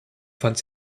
fand